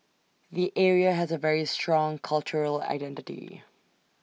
the area has A very strong cultural identity